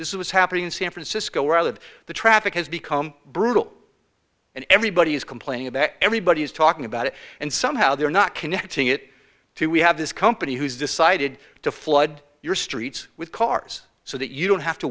this is happening in san francisco where i live the traffic has become brutal and everybody is complaining about everybody is talking about it and somehow they're not connecting it to we have this company who's decided to flood your streets with cars so that you don't have to